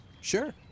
Sure